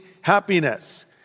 happiness